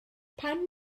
pam